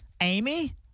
Amy